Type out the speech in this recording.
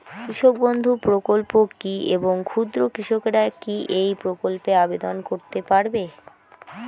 কৃষক বন্ধু প্রকল্প কী এবং ক্ষুদ্র কৃষকেরা কী এই প্রকল্পে আবেদন করতে পারবে?